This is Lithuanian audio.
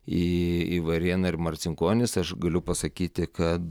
į į varėną ir marcinkonis aš galiu pasakyti kad